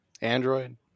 Android